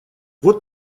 вот